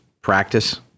practice